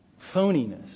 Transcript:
phoniness